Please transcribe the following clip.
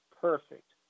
perfect